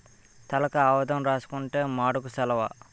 తలకి ఆవదం రాసుకుంతే మాడుకు సలవ